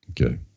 Okay